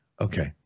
okay